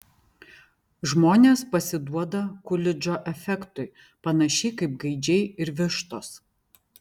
žmonės pasiduoda kulidžo efektui panašiai kaip gaidžiai ir vištos